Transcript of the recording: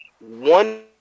one